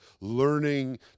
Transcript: learning